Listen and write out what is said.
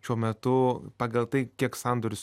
šiuo metu pagal tai kiek sandoris